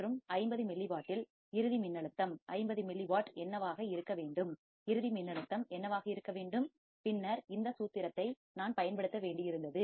மற்றும் 50 மில்லிவாட்டில் இறுதி மின்னழுத்தம் வோல்டேஜ் 50 மில்லிவாட் என்னவாக இருக்க வேண்டும் இறுதி மின்னழுத்தம் வோல்டேஜ் என்னவாக இருக்க வேண்டும் பின்னர் நான் இந்த சூத்திரத்தைப் பயன்படுத்த வேண்டியிருந்தது